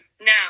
Now